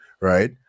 right